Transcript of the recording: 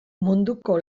munduko